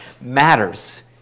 matters